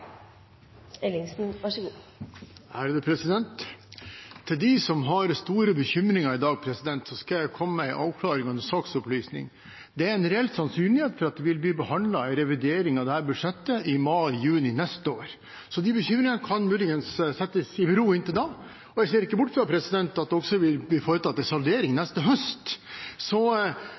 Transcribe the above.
saksopplysning. Det er en reell sannsynlighet for at det vil bli gjort en revidering av dette budsjettet i mai/juni neste år. Så de bekymringene kan muligens settes i bero inntil da. Jeg ser heller ikke bort ifra at det også vil bli foretatt en saldering neste høst, så